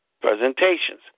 presentations